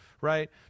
right